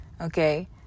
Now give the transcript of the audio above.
Okay